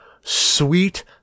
sweet